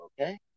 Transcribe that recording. Okay